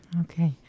Okay